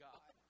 God